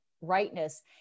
rightness